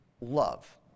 love